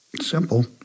simple